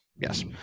Yes